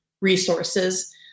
resources